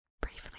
Briefly